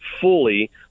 fully